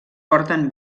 porten